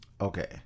Okay